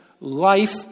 life